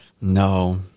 No